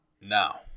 Now